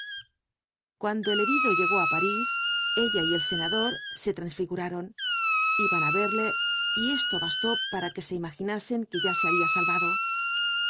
cuando el herido llegó á parís ella y el senador se transfiguraron iban á verle y esto bastó para que se imaginasen que ya se había salvado